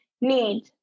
need